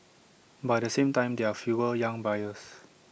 but at the same time there are fewer young buyers